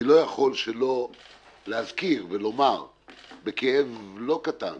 אני לא יכול שלא להזכיר ולומר בכאב לא קטן,